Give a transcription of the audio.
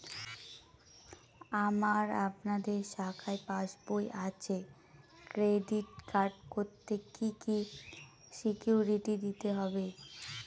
আমার আপনাদের শাখায় পাসবই আছে ক্রেডিট কার্ড করতে কি কি সিকিউরিটি দিতে হবে?